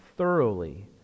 thoroughly